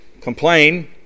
complain